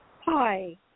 Hi